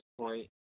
point